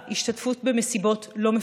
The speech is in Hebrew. ארבעה השתתפות במסיבות לא מפוקחות,